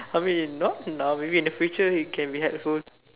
I mean not now maybe in the future it can be helpful